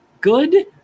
good